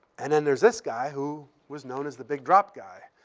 and, then, there's this guy, who was known as the big drop guy.